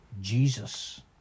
jesus